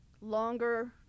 longer